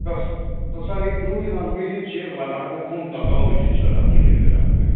तऽ तऽ सर ई दुइ दिन हम बिजी छी ओहिके बाद अहाँकेँ फोन कऽ कऽ अबै छी सर हम मिलै लेल अहाँके